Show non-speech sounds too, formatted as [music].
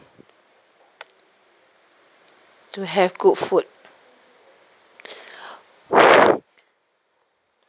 to have good food [breath]